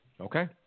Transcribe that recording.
Okay